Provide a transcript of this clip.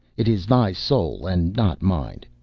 it is thy soul and not mine.